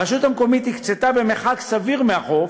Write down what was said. הרשות המקומית הקצתה במרחק סביר מהחוף,